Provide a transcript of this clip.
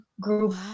group